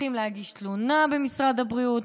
צריכים להגיש תלונה במשרד הבריאות,